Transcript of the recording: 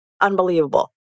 Unbelievable